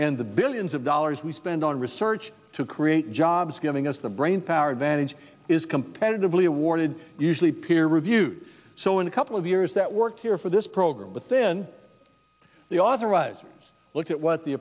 and the billions of dollars we spend on research to create jobs giving us the brainpower advantage is competitively awarded usually peer reviewed so in a couple of years that worked here for this program within the authorized look at what the